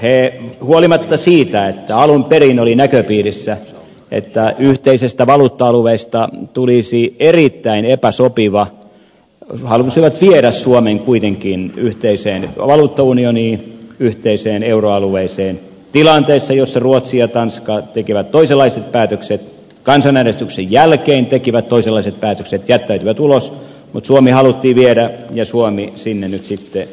he huolimatta siitä että alun perin oli näköpiirissä että yhteisestä valuutta alueesta tulisi erittäin epäsopiva halusivat viedä suomen kuitenkin yhteiseen valuuttaunioniin yhteiseen euroalueeseen tilanteessa jossa ruotsi ja tanska tekivät toisenlaiset päätökset kansanäänestyksen jälkeen tekivät toisenlaiset päätökset jättäytyivät ulos mutta suomi haluttiin sinne viedä ja suomi sinne nyt sitten myöskin meni